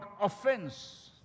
offense